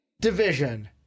division